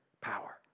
power